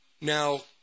Now